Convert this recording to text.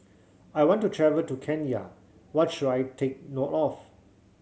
I want to travel to Kenya what should I take note of